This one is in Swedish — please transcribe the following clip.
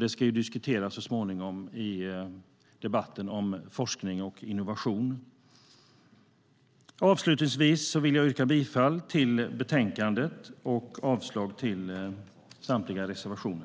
Det ska vi diskutera så småningom i debatten om forskning och innovation. Jag vill yrka bifall till förslaget i betänkandet och avslag på samtliga reservationer.